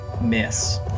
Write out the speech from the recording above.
Miss